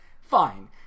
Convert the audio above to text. Fine